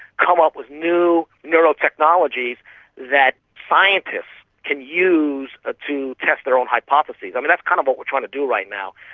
come up with new neuro-technologies that scientists can use ah to test their own hypotheses. i mean, that's kind of what we are trying to do right now,